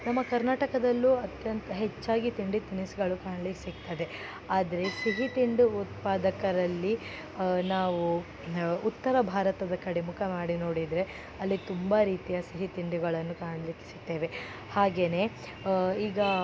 ನಮ್ಮ ಕರ್ನಾಟಕದಲ್ಲೂ ಅತ್ಯಂತ ಹೆಚ್ಚಾಗಿ ತಿಂಡಿ ತಿನಿಸುಗಳು ಕಾಣ್ಲಿಕ್ಕೆ ಸಿಕ್ತದೆ ಆದರೆ ಸಿಹಿ ತಿಂಡಿ ಉತ್ಪಾದಕರಲ್ಲಿ ನಾವು ಉತ್ತರ ಭಾರತದ ಕಡೆ ಮುಖ ಮಾಡಿ ನೋಡಿದರೆ ಅಲ್ಲಿ ತುಂಬ ರೀತಿಯ ಸಿಹಿ ತಿಂಡಿಗಳನ್ನು ಕಾಣಲಿಕ್ಕೆ ಸಿಕ್ತೇವೆ ಹಾಗೆಯೇ ಈಗ